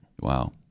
Wow